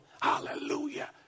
hallelujah